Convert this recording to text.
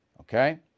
okay